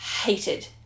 Hated